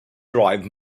drive